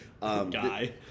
guy